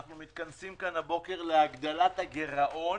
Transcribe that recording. אנחנו מתכנסים כאן הבוקר להגדלת הגירעון